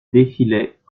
défilaient